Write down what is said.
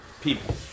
people